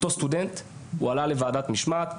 אותו סטודנט הועלה לוועדת משמעת,